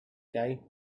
ago